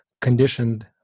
conditioned